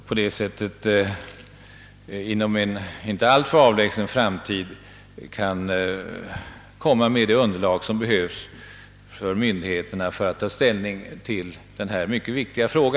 På det sättet kanske man inom inte alltför avlägsen framtid kan lägga fram det underlag som myndigheterna behöver för att kunna ta ställning till denna mycket viktiga fråga.